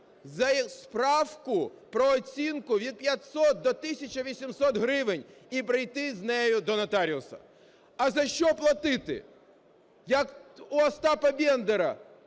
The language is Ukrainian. за справку про оцінку від 500 до 1800 гривень і прийти з нею до нотаріуса. А за що платити? Як у Остапа Бендера: